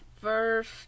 first